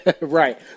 Right